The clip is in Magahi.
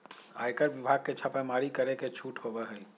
आयकर विभाग के छापेमारी करे के छूट होबा हई